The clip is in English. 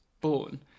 born